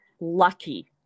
lucky